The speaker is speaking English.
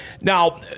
Now